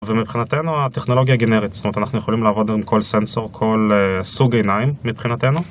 ומבחינתנו הטכנולוגיה גנרית, זאת אומרת אנחנו יכולים לעבוד עם כל סנסור, כל סוג עיניים מבחינתנו